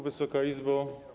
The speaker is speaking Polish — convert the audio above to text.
Wysoka Izbo!